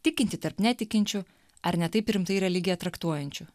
tikinti tarp netikinčių ar ne taip rimtai religiją traktuojančių